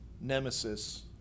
nemesis